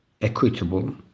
equitable